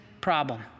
problem